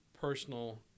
personal